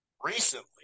recently